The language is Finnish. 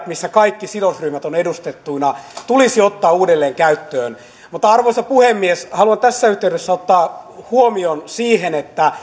missä kaikki sidosryhmät ovat edustettuina tulisi ottaa uudelleen käyttöön mutta arvoisa puhemies haluan tässä yhteydessä kiinnittää huomion siihen että